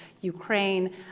Ukraine